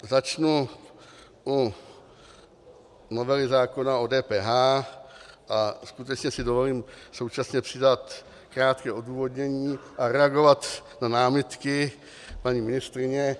Začnu u novely zákona o DPH a skutečně si dovolím současně přidat krátké odůvodnění a reagovat na námitky paní ministryně.